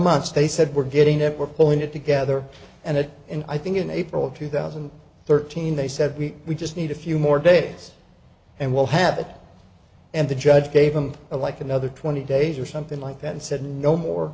months they said we're getting it we're pulling it together and it and i think in april of two thousand and thirteen they said we we just need a few more days and will happen and the judge gave them a like another twenty days or something like that and said no more